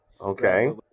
okay